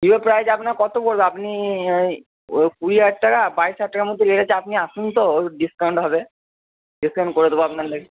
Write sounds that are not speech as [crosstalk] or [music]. ভিভোর প্রাইস আপনার কত পড়বে আপনি ওই ও কুড়ি হাজার টাকা বাইশ হাজার টাকার মধ্যে [unintelligible] আপনি আসুন তো ওর ডিসকাউন্ট হবে ডিসকাউন্ট করে দেবো আপনার জন্যে